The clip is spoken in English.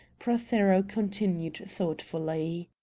prothero continued thoughtfully